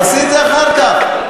תעשי את זה אחר כך.